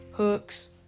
Hooks